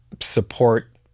support